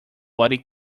body